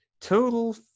total